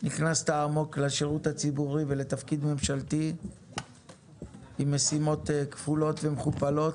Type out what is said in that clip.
נכנסת עמוק לשירות הציבורי ולתפקיד ממשלתי עם משימות כפולות ומכופלות